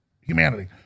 humanity